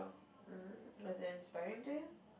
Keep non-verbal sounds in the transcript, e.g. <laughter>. <noise> was that inspiring to you